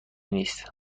نیست